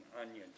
onions